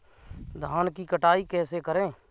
धान की कटाई कैसे करें?